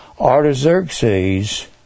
Artaxerxes